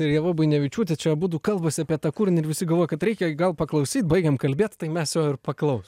ir ieva buinevičiūtė čia abudu kalbasi apie tą kūrinį ir visi galvoja kad reikia gal paklausyt baigiam kalbėt tai mes jo ir paklaus